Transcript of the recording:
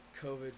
COVID